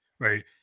Right